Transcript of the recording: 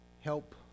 help